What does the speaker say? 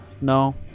No